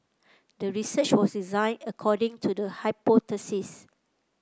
the research was designed according to the hypothesis